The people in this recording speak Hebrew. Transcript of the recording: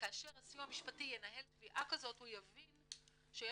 כאשר הסיוע המשפטי ינהל תביעה כזאת הוא יבין שיש